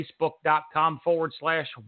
facebook.com/forward/slash